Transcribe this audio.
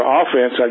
offense